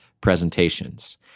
presentations